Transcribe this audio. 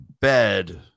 bed